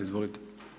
Izvolite.